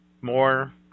more